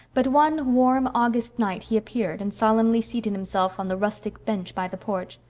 but one warm august night he appeared, and solemnly seated himself on the rustic bench by the porch.